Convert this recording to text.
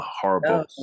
Horrible